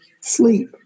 sleep